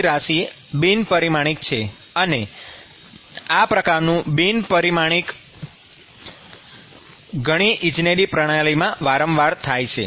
ની રાશિ બિન પરિમાણિક છે અને આ પ્રકારનું બિન પરિમાણીકરણ ઘણી ઈજનેરી પ્રણાલીમાં વારંવાર થાય છે